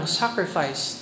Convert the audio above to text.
sacrifice